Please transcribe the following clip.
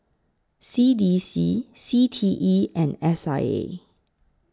C D C C T E and S I A